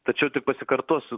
tačiau tik pasikartosiu